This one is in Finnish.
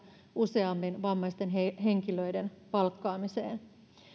useammin vammaisten henkilöiden palkkaamiseen